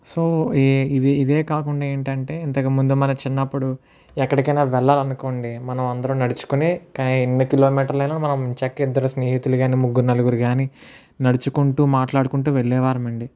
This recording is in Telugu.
సో ఏ ఇవి ఇదే కాకుండా ఏంటంటే ఇంతకుముందు మన చిన్నప్పుడు ఎక్కడికైనా వెళ్ళాలనుకోండి మనమందరం నడుచుకొని క ఎన్ని కిలోమీటర్లు అయినా మనం చక్కడ ఇద్దరం స్నేహితులం గాని ముగ్గురు నలుగురు గాని నడుచుకుంటూ మాట్లాడుకుంటూ వెళ్ళేవారమండి